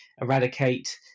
eradicate